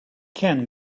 ken